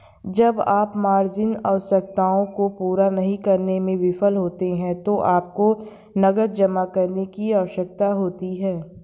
जब आप मार्जिन आवश्यकताओं को पूरा करने में विफल होते हैं तो आपको नकद जमा करने की आवश्यकता होती है